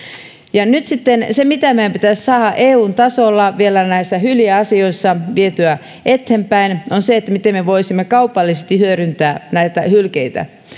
nyt sitten se mitä meidän pitäisi saada eun tasolla vielä näissä hyljeasioissa vietyä eteenpäin on se miten me voisimme kaupallisesti hyödyntää hylkeitä